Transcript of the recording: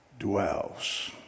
dwells